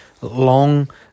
long